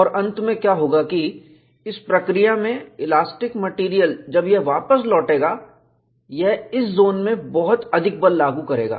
और अंत में क्या होगा कि इस प्रक्रिया में इलास्टिक मेटेरियल जब यह वापस लौटेगा यह इस जोन में बहुत अधिक बल लागू करेगा